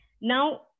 Now